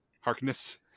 Harkness